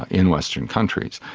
in western countries.